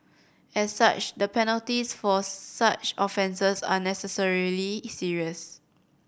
as such the penalties for such offences are necessarily serious